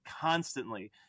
constantly